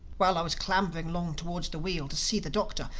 while i was clambering along towards the wheel to see the doctor,